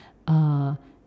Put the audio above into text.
err